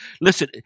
Listen